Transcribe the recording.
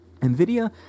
NVIDIA